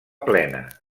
plena